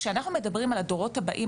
כשאנחנו מדברים על הדורות הבאים,